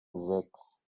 sechs